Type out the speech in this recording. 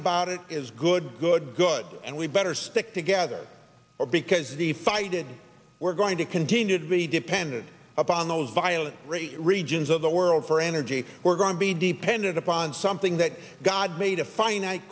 about it is good good good and we better stick together or because the fighting we're going to continue to be dependent upon those violent regions of the world for energy we're going to be dependent upon something that god made a finite